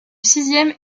sixième